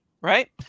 Right